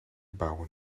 bouwen